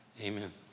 amen